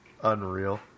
Unreal